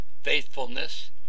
Faithfulness